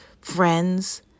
friends